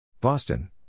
Boston